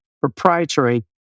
proprietary